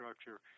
structure